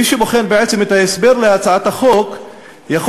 מי שבוחן בעצם את ההסבר להצעת החוק יכול